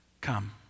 Come